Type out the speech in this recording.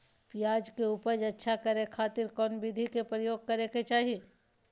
प्याज के उपज अच्छा करे खातिर कौन विधि के प्रयोग करे के चाही?